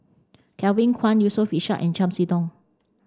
Kevin Kwan Yusof Ishak and Chiam See Tong